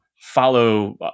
follow